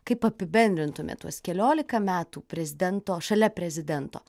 kaip apibendrintumėte tuos keliolika metų prezidento šalia prezidento